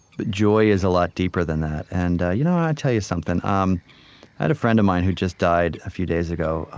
but joy is a lot deeper than that. and you know i'll tell you something. i um had a friend of mine who just died a few days ago.